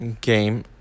game